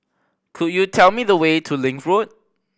could you tell me the way to Link Road